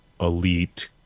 elite